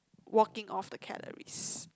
walking off the calories